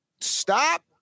stop